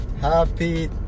happy